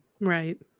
Right